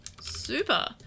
Super